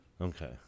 Okay